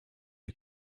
you